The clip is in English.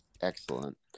Excellent